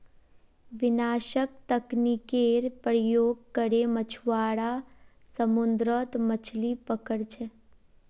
विनाशक तकनीकेर प्रयोग करे मछुआरा समुद्रत मछलि पकड़ छे